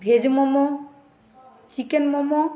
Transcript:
veg momo chicken momo